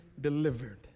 delivered